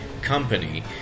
company